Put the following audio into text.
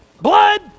blood